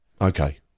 okay